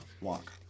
Walk